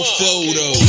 photo